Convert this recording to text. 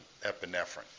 epinephrine